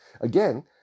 Again